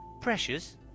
-"Precious